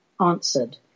answered